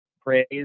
praise